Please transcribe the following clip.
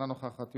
אינה נוכחת,